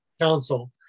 council